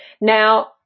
Now